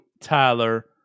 Tyler